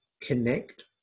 connect